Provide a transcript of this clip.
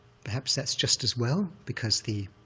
perhaps that's just as well because the